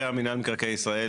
תקבל בשביל הספורט.